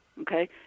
okay